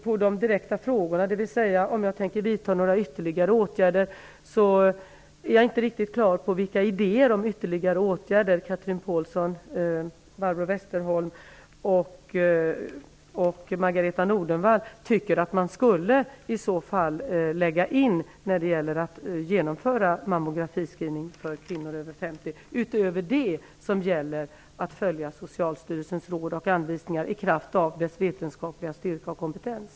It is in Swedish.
På de direkta frågorna om huruvida jag tänker vidta några ytterligare åtgärder, vill jag svara att jag inte är riktigt klar över vilka ytterligare åtgärder Chatrine Pålsson, Barbro Westerholm och Maragreta E Nordenvall tycker att man i så fall skulle kunna vidta när det gäller mammografiscreening för kvinnor över 50 år. Man bör följa Socialstyrelsens råd och anvisningar i kraft av deras vetenskapliga styrka och kompetens.